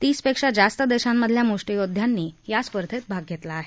तीसपेक्षा जास्त देशांमधल्या मुष्टीयोद्ध्यांनी या स्पर्धेत भाग घेतला आहे